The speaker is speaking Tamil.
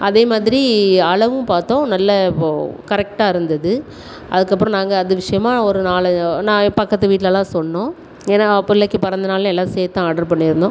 அதேமாதிரி அளவும் பார்த்தோம் நல்லா அப்போது கரெக்டாக இருந்தது அதுக்கப்புறம் நாங்கள் அது விஷயமா நாலு பக்கத்துக்கு வீட்லெலாம் சொன்னோம் ஏன்னால் பிள்ளைக்கு பிறந்த நாள் சேர்த்து ஆர்டர் பண்ணியிருந்தோம்